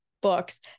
books